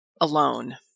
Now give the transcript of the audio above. alone